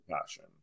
passion